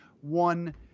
one